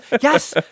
yes